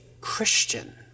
Christian